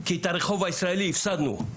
כי את הרחוב הישראלי הפסדנו.